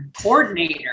coordinator